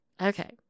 Okay